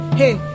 hey